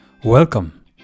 Welcome